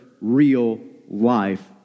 real-life